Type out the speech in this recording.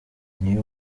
niyo